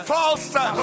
False